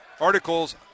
articles